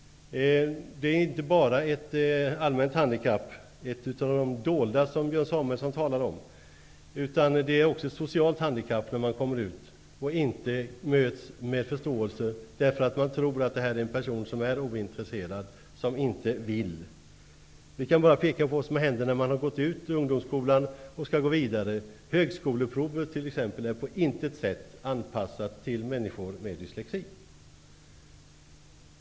Det är inte bara ett allmänt handikapp, ett av de dolda som Björn Samuelson talade om, utan det är också ett socialt handikapp när man kommer ut ocn inte möts med förståelse därför att människor tror att det här är en person som är ointresserad, som inte vill. Vi kan bara peka på vad som händer när man har gått ut ungdomsskolan och skall gå vidare. Högskoleprovet är t.ex. på intet sätt anpassat till människor med dyslexi.